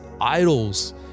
idols